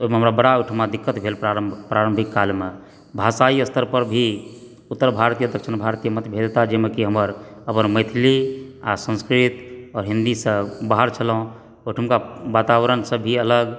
ओहिमे हमरा बड़ा ओहिठमा दिक्कत भेल प्रारम्भमे प्रारम्भिक कालमे भाषाइ स्तर पर भी उत्तर भारतीय दक्षिण भारतीय मतभेदता जाहिमे कि हमर अपन मैथिली आ संस्कृत आ हिन्दीसँ बाहर छलहुँ ओहिठुमका वातावरण सब भी अलग